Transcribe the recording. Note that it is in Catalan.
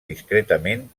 discretament